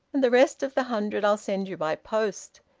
and the rest of the hundred i'll send you by post.